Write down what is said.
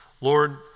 Lord